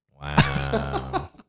Wow